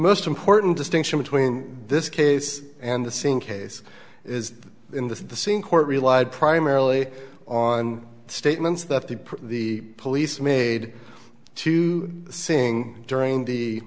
most important distinction between this case and the same case is in the same court relied primarily on statements that he put the police made to sing during the